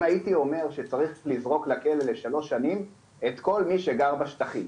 אם הייתי אומר שצריך לזרוק לכלא לשלוש שנים את כל מי שגר בשטחים,